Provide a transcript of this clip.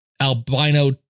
albino